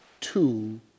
two